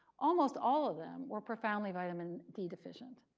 almost all of them were profoundly vitamin d deficient.